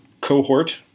cohort